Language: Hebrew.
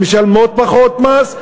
משלמות פחות מס,